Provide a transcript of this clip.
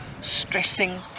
stressing